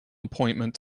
appointment